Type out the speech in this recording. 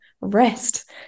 rest